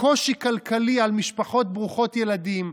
קושי כלכלי על משפחות ברוכות ילדים,